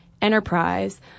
enterprise